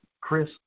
Chris